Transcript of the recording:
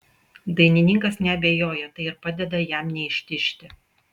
dainininkas neabejoja tai ir padeda jam neištižti